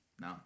no